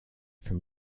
from